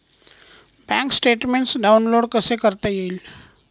Bank statement download कसे करता येईल?